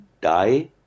die